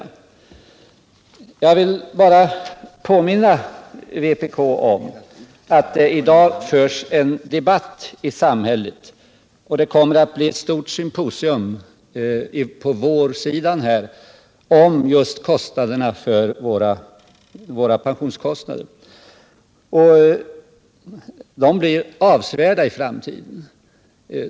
Men jag vill påminna vpk om att det i dag förs en debatt i samhället just om våra pensionskostnader. Det kommer f. ö. att hållas ett stort symposium om den frågan frampå vårsidan. Pensionskostnaderna blir nämligen avsevärda i framtiden.